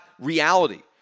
reality